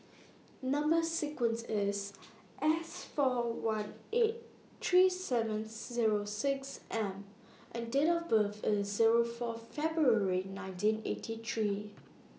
Number sequence IS S four one eight three seven Zero six M and Date of birth IS Zero four February nineteen eighty three